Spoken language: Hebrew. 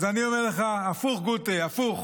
אז אני אומר לך, הפוך, גוטה, הפוך.